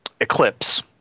Eclipse